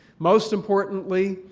most importantly,